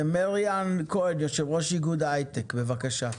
מריאן כהן, יושב ראש איגוד ההיי-טק, בבקשה.